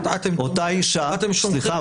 אותה אישה --- אתם תומכים --- סליחה,